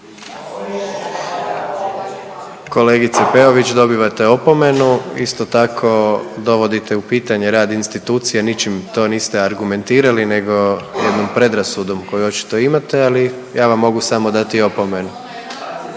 Kolegice Peović dobivate opomenu, isto tako dovodite u pitanje rad institucija ničim to niste argumentirali nego jednom predrasudom koju očito imate, ali ja vam mogu samo dati opomenu.